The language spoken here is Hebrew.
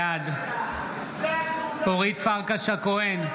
בעד אורית פרקש הכהן,